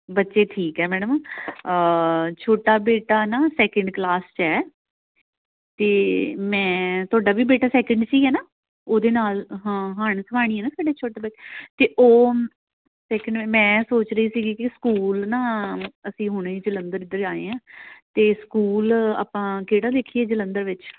ਬੱਚੇ ਠੀਕ ਹੈ ਮੈਡਮ ਛੋਟਾ ਬੇਟਾ ਨਾ ਸੈਕਿੰਡ ਕਲਾਸ 'ਚ ਹੈ ਅਤੇ ਮੈਂ ਤੁਹਾਡਾ ਵੀ ਬੇਟਾ ਸੈਕੰਡ 'ਚ ਹੈ ਨਾ ਉਹਦੇ ਨਾਲ ਹਾਂ ਹਾਣ ਸਵਾਣੀ ਨਾ ਸਾਡੇ ਛੋਟੇ ਬੱਚੇ ਅਤੇ ਉਹ ਇਕ ਮੈਂ ਸੋਚ ਰਹੀ ਸੀਗੀ ਕਿ ਸਕੂਲ ਨਾ ਅਸੀਂ ਹੁਣੇ ਜਲੰਧਰ ਇੱਧਰ ਆਏ ਹਾਂ ਅਤੇ ਸਕੂਲ ਆਪਾਂ ਕਿਹੜਾ ਦੇਖੀਏ ਜਲੰਧਰ ਵਿੱਚ